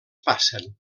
passen